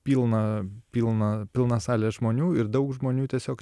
pilna pilna pilna salė žmonių ir daug žmonių tiesiog